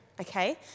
okay